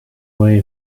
way